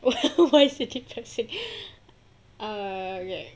well why is depressing err okay